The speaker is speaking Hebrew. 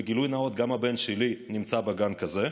וגילוי נאות: גם הבן שלי נמצא בגן כזה,